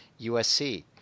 USC